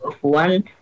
One